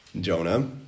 Jonah